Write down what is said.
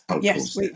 Yes